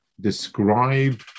describe